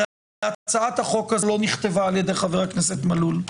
הרי הצעת החוק הזאת לא נכתבה על ידי חבר הכנסת מלול,